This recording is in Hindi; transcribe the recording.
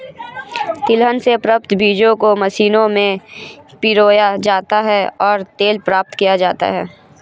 तिलहन से प्राप्त बीजों को मशीनों में पिरोया जाता है और तेल प्राप्त किया जाता है